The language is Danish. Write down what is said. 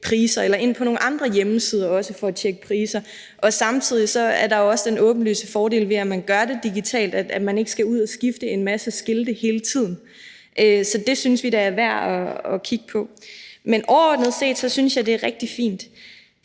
priser eller ind på nogle andre hjemmesider for at tjekke priser. Og samtidig er der også den åbenlyse fordel ved, at man gør det digitalt, at man ikke skal ud at skifte en masse skilte hele tiden. Så det synes vi da er værd at kigge på. Men overordnet set synes jeg, det er rigtig fint.